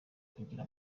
kugira